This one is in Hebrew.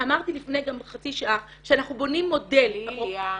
אמרתי לפני חצי שעה שאנחנו בונים מודל -- ליליאן,